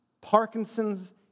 Parkinson's